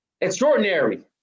extraordinary